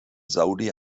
saudi